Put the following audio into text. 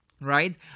right